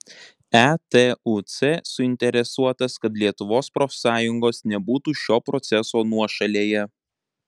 etuc suinteresuotas kad lietuvos profsąjungos nebūtų šio proceso nuošalėje